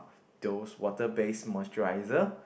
those water based moisturizer